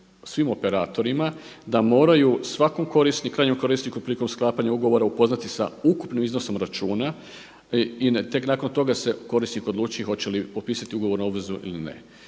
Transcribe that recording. svim operatorima da moraju svakom krajnjem korisniku prilikom sklapanja ugovora upoznati sa ukupnim iznosom računa i tek nakon toga se korisnik odlučuje hoće li potpisati ugovornu obvezu ili ne.